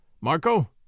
Marco